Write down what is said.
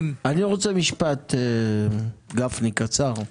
משפט קצר.